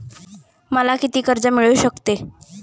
मला किती कर्ज मिळू शकते?